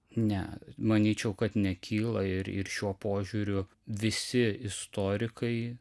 ne manyčiau kad nekyla ir ir šiuo požiūriu visi istorikai